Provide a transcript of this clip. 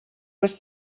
was